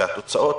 והתוצאות